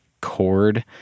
cord